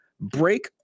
Break